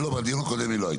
לא, בדיון הקודם היא לא הייתה.